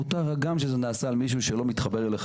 מותר גם שזה נעשה על מישהו שלא מתחבר אליך